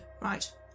Right